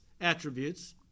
attributes